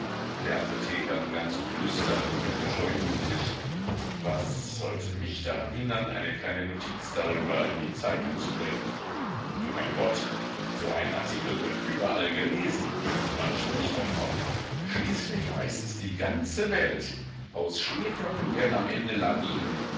der apotheker begann zu flüstern und blickte scheu um sich was sollte mich daran hindern eine kleine notiz darüber in die zeitung zu bringen du mein gott so ein artikel wird überall gelesen man spricht davon schließlich weiß es die ganze welt aus schneeflocken werden am ende lawinen